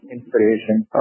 inspiration